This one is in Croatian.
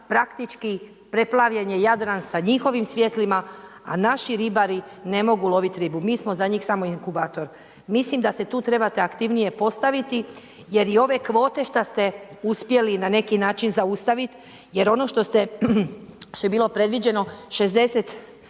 praktički, preplavljen je Jadran sa njihovim svjetlima a naši ribari ne mogu loviti ribu, mi smo za njih samo inkubator. Mislim da se tu trebate aktivnije postaviti, jer je ove kvote što se uspjeli na neki način zaustaviti jer ono što ste, što je bilo predviđeno, 60000